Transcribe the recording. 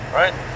right